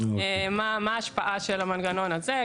מה ההשפעה של המנגנון הזה,